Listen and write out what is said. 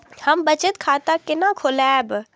हम बचत खाता केना खोलैब?